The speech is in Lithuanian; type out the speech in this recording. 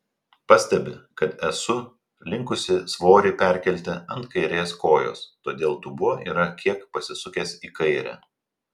pastebi kad esu linkusi svorį perkelti ant kairės kojos todėl dubuo yra kiek pasisukęs į kairę